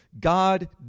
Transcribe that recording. God